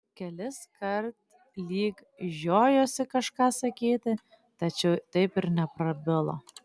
keliskart lyg žiojosi kažką sakyti tačiau taip ir neprabilo